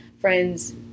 friends